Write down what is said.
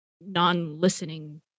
non-listening